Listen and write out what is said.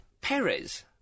Perez